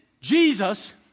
Jesus